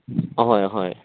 ꯑꯍꯣꯏ ꯍꯣꯏ